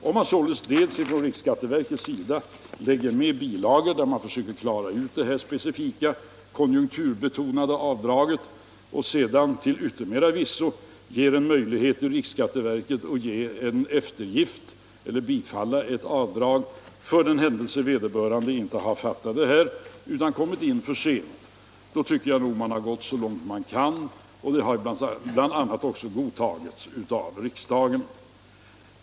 Om man således ger riksskatteverket i uppdrag att sända ut bilagor där det här specifika konjunkturbetonade avdraget förklaras och sedan till yttermera visso ger riksskatteverket möjlighet att bifalla ett avdrag för den händelse vederbörande skattskyldig inte fattat anvisningarna utan kommit in för sent med sitt yrkande, tycker jag att man gått så långt man kan. Det här förslaget blev ju också godtaget av riksdagen.